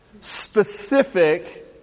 specific